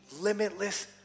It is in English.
limitless